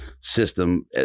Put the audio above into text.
system